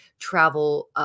travel